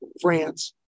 France